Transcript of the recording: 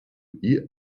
ihr